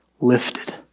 lifted